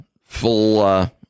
full –